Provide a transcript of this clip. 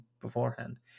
beforehand